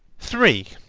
three.